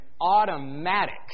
automatic